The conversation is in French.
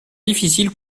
difficile